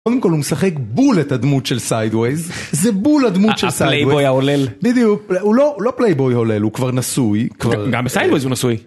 קודם כל הוא משחק בול את הדמות של סיידווייז, זה בול הדמות של סיידווייז, בדיוק, הוא לא פלייבוי ההולל, הוא כבר נשוי, גם בסיידווייז הוא נשוי